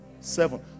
Seven